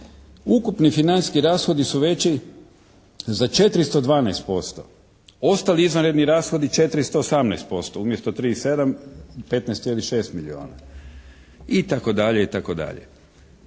Ukupni financijski rashodi su veći za 412%, ostali izvanredni rashodi 418% umjesto 3,7, 15,6 milijuna, itd. Što kaže